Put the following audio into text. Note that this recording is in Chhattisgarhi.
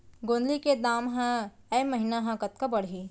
गोंदली के दाम ह ऐ महीना ह कतका बढ़ही?